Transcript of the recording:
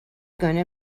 gonna